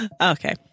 Okay